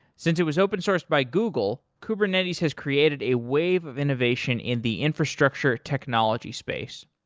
since it was open-sourced by google, kubernetes has created a wave of innovation in the infrastructure technology space.